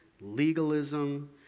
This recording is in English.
legalism